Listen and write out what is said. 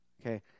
okay